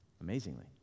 amazingly